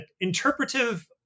interpretive